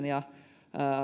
ja